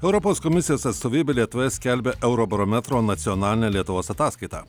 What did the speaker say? europos komisijos atstovybė lietuvoje skelbia eurobarometro nacionalinę lietuvos ataskaitą